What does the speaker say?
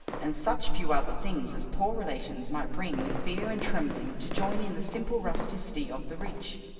and such few other things as poor relations might bring with fear and trembling to join in the simple rusticity of the rich.